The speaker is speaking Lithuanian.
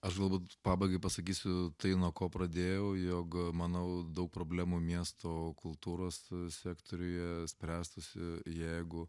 aš galbūt pabaigai pasakysiu tai nuo ko pradėjau jog manau daug problemų miesto kultūros sektoriuje spręstųsi jeigu